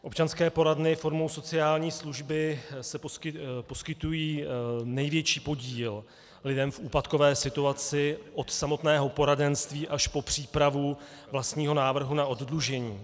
Občanské poradny formou sociální služby poskytují největší podíl lidem v úpadkové situaci od samotného poradenství až po přípravu vlastního návrhu na oddlužení.